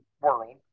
world